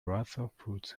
brotherhoods